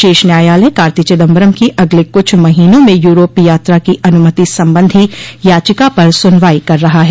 शीर्ष न्यायालय कार्ति चिदम्बरम की अगले कुछ महीनों में यूरोप यात्रा की अनुमति संबंधी याचिका पर सुनवाई कर रहा है